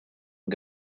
and